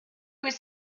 was